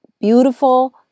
beautiful